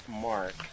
mark